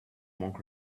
monk